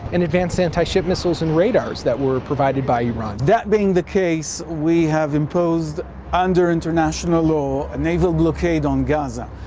and advanced anti-ship missiles, and radars that were provided by iran. that being the case, we have imposed under international law in naval blockade on gaza.